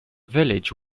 village